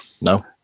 No